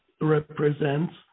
represents